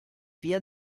via